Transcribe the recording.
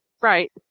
Right